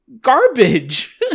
garbage